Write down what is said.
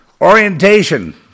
Orientation